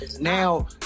now